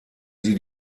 sie